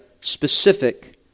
specific